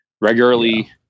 regularly